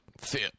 fit